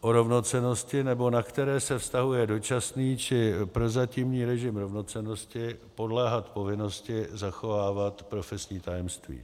o rovnocennosti nebo na které se vztahuje dočasný či prozatímní režim rovnocennosti, podléhat povinnosti zachovávat profesní tajemství.